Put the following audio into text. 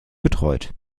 betreut